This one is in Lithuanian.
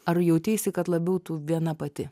ar jauteisi kad labiau tu viena pati